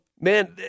Man